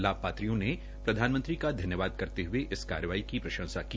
लाभपात्रियों ने प्रधानमंत्री का धनयवाद करते हये इस कार्यवाही की प्रंशसा की